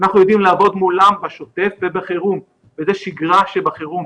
אנחנו יודעים לעבוד מולם בשוטף ובחירום וזו שגרה שבחירום.